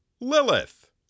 Lilith